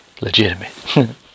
Legitimate